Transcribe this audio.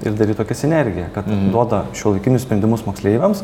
ir daryt tokią sinergiją kad duoda šiuolaikinius sprendimus moksleiviams